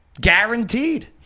guaranteed